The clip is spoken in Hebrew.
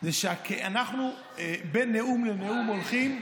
זה שאנחנו בין נאום לנאום הולכים,